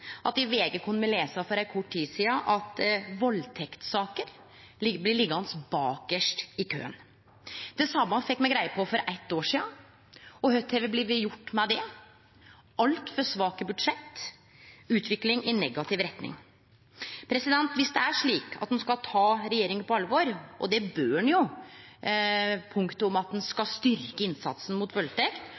lese i VG at valdtektssaker blir liggjande bakarst i køen. Det same fekk me greie på for eitt år sidan, men kva er det blitt gjort med det? Altfor svake budsjett, utvikling i negativ retning. Viss det er slik at ein skal ta regjeringa på alvor – og det bør ein jo – når det gjeld punktet om at ein skal «styrke innsatsen mot